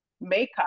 makeup